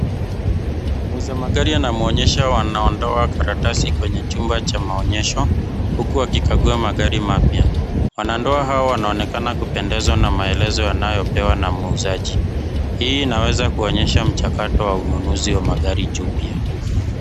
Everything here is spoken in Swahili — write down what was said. Muuza magari anamwonyesha wanandoa karatasi kwenye chumba cha maonyesho huku wakikagua magari mapya. Wanandoa hawa wanaonekana kupendezwa na maelezo wanayopewa na muuzaji. Hii inaweza kuonyesha mchakato wa ununuzi wa magari jipya .